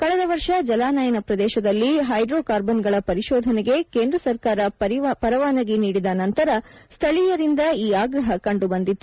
ಕಳೆದ ವರ್ಷ ಜಲಾನಯನ ಪ್ರದೇಶದಲ್ಲಿ ಹೈಡ್ರೋಕಾರ್ಬನ್ಗಳ ಪರಿಶೋಧನೆಗೆ ಕೇಂದ್ರ ಸರ್ಕಾರ ಪರವಾನಗಿ ನೀಡಿದ ನಂತರ ಸ್ಥಳೀಯರಿಂದ ಈ ಆಗ್ರಹ ಕಂಡುಬಂದಿತ್ತು